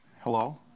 Hello